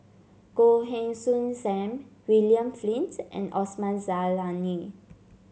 Goh Heng Soon Sam William Flint and Osman Zailani